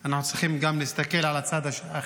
נחנו צריכים להסתכל גם על הצד האחר,